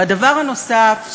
והדבר הנוסף,